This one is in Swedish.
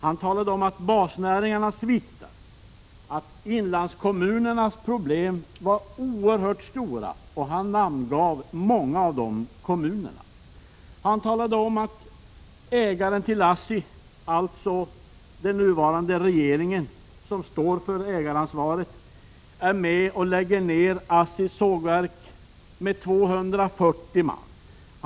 Han talade om att basnäringarna sviktar, att inlandskommunernas problem är oerhört stora, och han namngav många av de kommunerna. Han talade om att ägaren till ASSI, alltså den nuvarande regeringen, som står för ägaransvaret, är med och lägger ned ASSI:s sågverk med 240 man anställda.